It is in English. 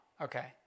Okay